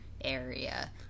area